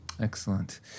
Excellent